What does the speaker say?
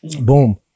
boom